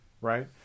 right